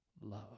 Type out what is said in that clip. love